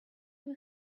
you